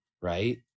right